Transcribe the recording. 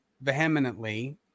vehemently